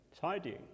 tidying